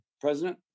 president